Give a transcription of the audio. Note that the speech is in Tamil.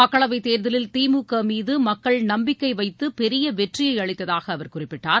மக்களவைத் தேர்தலில் திமுக மீது மக்கள் நம்பிக்கை வைத்து பெரிய வெற்றியை அளித்ததாக அவர் குறிப்பிட்டார்